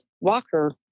Walker